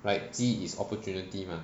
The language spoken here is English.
right 机 is opportunity mah